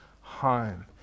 home